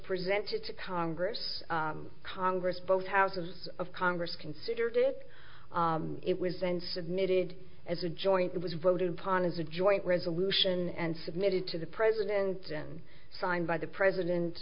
presented to congress congress both houses of congress considered it it was then submitted as a joint was voted upon as a joint resolution and submitted to the president and signed by the president